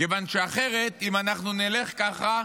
כיוון שאחרת אם אנחנו נלך ככה,